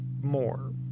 more